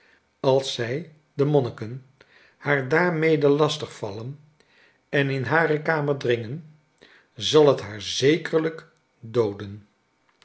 als zij de momniken haar daarmede lastig vallen en in hare kamer dringen zal het haar zekerlijk dooden